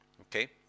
okay